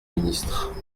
ministre